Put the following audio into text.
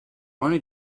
money